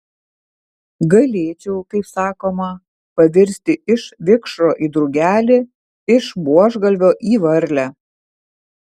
galėčiau kaip sakoma pavirsti iš vikšro į drugelį iš buožgalvio į varlę